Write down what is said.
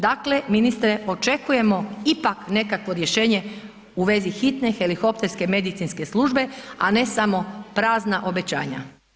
Dakle ministre očekujemo ipak nekakvo rješenje u vezi hitne helikopterske medicinske službe a ne samo prazna obećanja.